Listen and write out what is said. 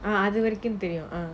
I do it again